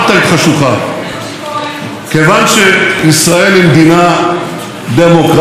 כיוון שישראל היא מדינה דמוקרטית אמיתית,